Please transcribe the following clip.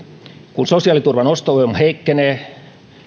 kun sosiaaliturvan ostovoima heikkenee